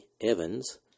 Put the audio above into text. Evans